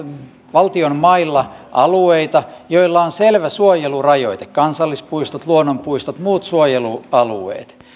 valtion mailla alueita joilla on selvä suojelurajoite kansallispuistot luonnonpuistot muut suojelualueet